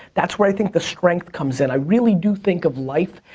that's where i think the strength comes in. i really do think of life,